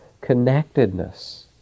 connectedness